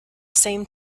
same